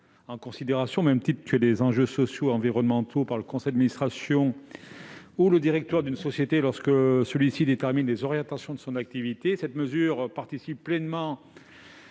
en considération, au même titre que les enjeux sociétaux et environnementaux, par le conseil d'administration ou le directoire d'une société au moment de déterminer les orientations de son activité. Cette disposition participe pleinement